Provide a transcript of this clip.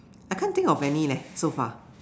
I can't think of any leh so far